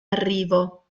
arrivo